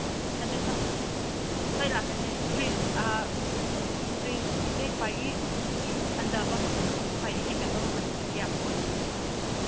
ꯍꯣꯏ ꯂꯥꯛꯀꯅꯤ ꯐ꯭ꯔꯤꯖ ꯐ꯭ꯔꯤꯖꯀꯤꯁꯤ ꯈ꯭ꯋꯥꯏꯒꯤ ꯍꯟꯗꯕ ꯃꯃꯟꯗꯒꯤ ꯈ꯭ꯋꯥꯏꯗꯒꯤ ꯍꯦꯟꯒꯠꯄ ꯃꯃꯟꯁꯦ ꯀꯌꯥꯕꯨꯛ ꯑꯣꯏꯅꯤ